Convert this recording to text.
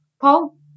Paul